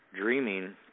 dreaming